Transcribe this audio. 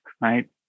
right